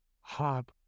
hot